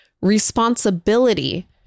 Responsibility